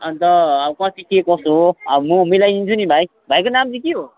अन्त अब कति के कसो हो अब म मिलाइदिन्छु नि भाइ भाइको नाम चाहिँ के हो